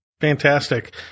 Fantastic